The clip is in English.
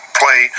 play